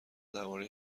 درباره